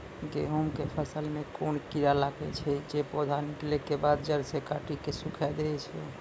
गेहूँमक फसल मे कून कीड़ा लागतै ऐछि जे पौधा निकलै केबाद जैर सऽ काटि कऽ सूखे दैति छै?